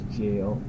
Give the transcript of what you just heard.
jail